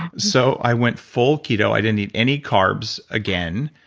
so i went full keto. i didn't eat any carbs again.